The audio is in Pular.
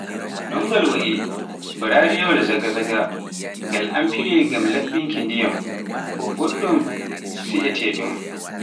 non ngal wa'I ba rariyaawal zaga-zaga, ngal amfire ngam laɓɓinki ndiyam, ko goɗɗum si'ete ɗum.